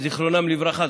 זיכרונן לברכה,